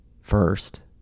First